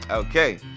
Okay